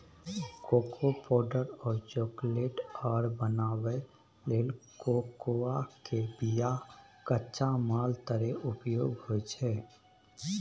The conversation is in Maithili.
कोको पावडर और चकलेट आर बनाबइ लेल कोकोआ के बिया कच्चा माल तरे उपयोग होइ छइ